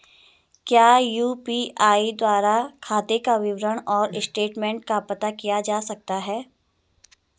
क्या यु.पी.आई द्वारा खाते का विवरण और स्टेटमेंट का पता किया जा सकता है?